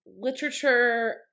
literature